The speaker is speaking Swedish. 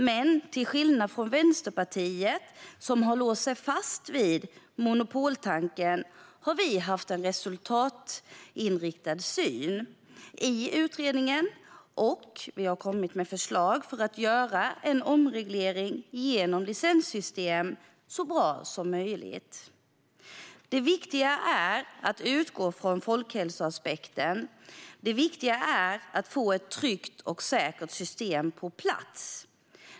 Men till skillnad från Vänsterpartiet, som har låst fast sig vid monopoltanken, har vi haft en resultatinriktad syn i utredningen och kommit med förslag för att göra en omreglering genom licenssystem så bra som möjligt. Det viktiga är att utgå från folkhälsoaspekten och att få ett tryggt och säkert system på plats.